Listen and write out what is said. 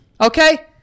okay